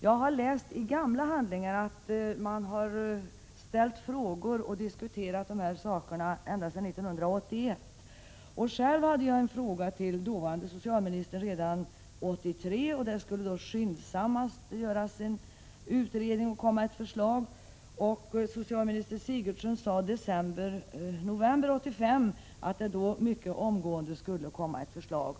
Jag har läst i gamla handlingar att man har ställt frågor och diskuterat de här problemen ända sedan 1981. Själv hade jag en fråga till dåvarande socialministern redan 1983. Det skulle då skyndsamt göras en utredning och läggas fram förslag. — Prot. 1986/87:46 Socialminister Sigurdsen sade i november 1985 att det omgående skulle 10 december 1986 komma ett förslag.